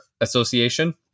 Association